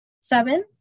Seven